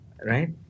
right